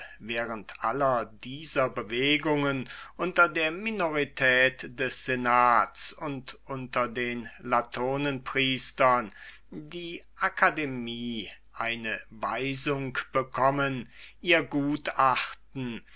während aller dieser bewegungen unter der minorität des senats und unter den latonenpriestern die akademie eine weisung bekommen ihr gutachten